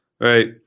right